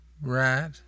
right